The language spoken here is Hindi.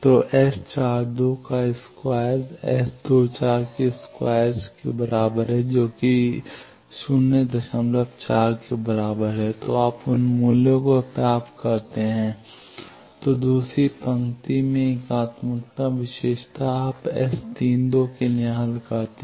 तो तो आप उन मूल्यों को प्राप्त करते हैं तो दूसरी पंक्ति में एकात्मक विशेषता आप S 3 2 के लिए हल कर सकते हैं